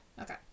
Okay